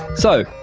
so,